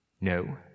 No